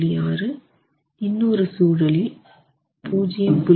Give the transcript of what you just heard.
6 இன்னொரு சூழலில் 0